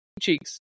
cheeks